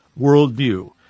worldview